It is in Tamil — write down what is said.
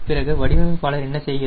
பிறகு வடிவமைப்பாளர் என்ன செய்கிறார்